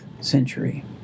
century